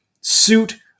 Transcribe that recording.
suit